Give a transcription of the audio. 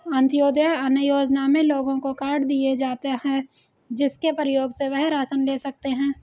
अंत्योदय अन्न योजना में लोगों को कार्ड दिए जाता है, जिसके प्रयोग से वह राशन ले सकते है